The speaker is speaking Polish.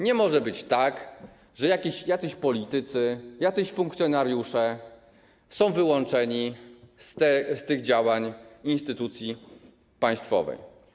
Nie może być tak, że jacyś politycy, jacyś funkcjonariusze są wyłączeni z tych działań instytucji państwowej.